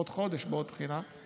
עוד חודש בעוד בחינה.